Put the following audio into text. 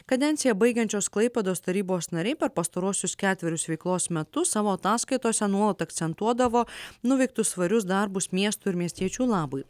kadenciją baigiančios klaipėdos tarybos nariai per pastaruosius ketverius veiklos metus savo ataskaitose nuolat akcentuodavo nuveiktus svarius darbus miesto ir miestiečių labui